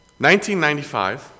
1995